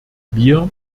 wir